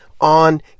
on